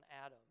Adam